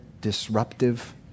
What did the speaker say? disruptive